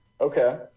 okay